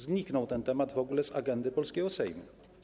Zniknął ten temat w ogóle z agendy polskiego Sejmu.